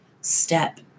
Step